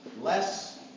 less